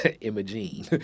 Imogene